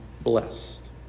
blessed